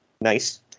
nice